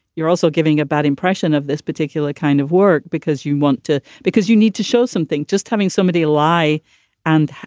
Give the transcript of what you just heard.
you're also giving a bad impression of this particular kind of work because you want to because you need to show something. just having somebody lie and,